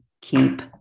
keep